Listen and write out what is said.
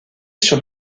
sur